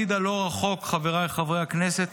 חבריי חברי הכנסת,